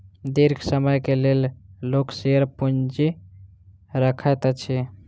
दीर्घ समय के लेल लोक शेयर पूंजी रखैत अछि